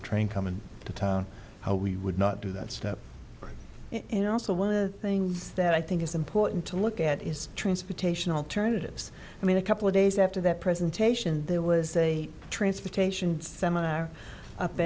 the train coming to town how we would not do that step and also were things that i think is important to look at is transportation alternatives i mean a couple of days after the presentation there was a transportation seminar up